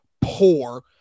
Poor